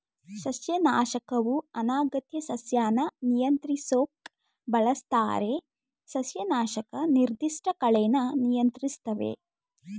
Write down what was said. ಸಸ್ಯನಾಶಕವು ಅನಗತ್ಯ ಸಸ್ಯನ ನಿಯಂತ್ರಿಸೋಕ್ ಬಳಸ್ತಾರೆ ಸಸ್ಯನಾಶಕ ನಿರ್ದಿಷ್ಟ ಕಳೆನ ನಿಯಂತ್ರಿಸ್ತವೆ